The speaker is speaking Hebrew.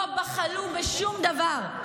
לא בחלו בשום דבר.